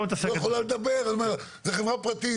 העירייה לא יכולה לדבר, זו חברה פרטית.